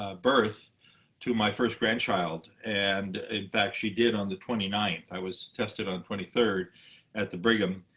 ah birth to my first grandchild. and in fact, she did on the twenty ninth. i was tested on the twenty third at the brigham.